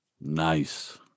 Nice